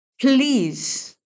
please